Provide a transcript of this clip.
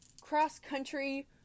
cross-country